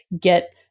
get